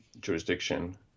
jurisdiction